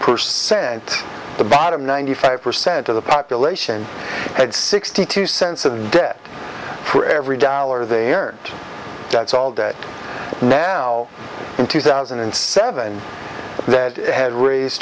percent the bottom ninety five percent of the population at sixty two cents of debt for every dollar they earn that's all day now in two thousand and seven that had raise